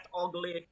ugly